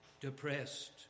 depressed